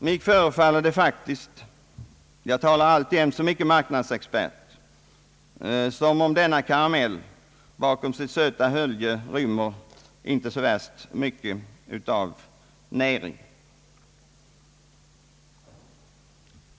Mig förefaller det — jag talar alltjämt såsom icke marknadsexpert — som om denna karamell bakom sitt söta hölje inte rymmer så värst mycket av näring.